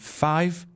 five